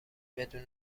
بدون